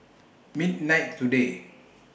midnight today